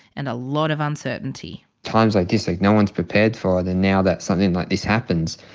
and a lot of uncertainty. times like this, like no one's prepared for that now that something like this happens.